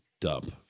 dump